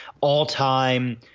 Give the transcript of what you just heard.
all-time –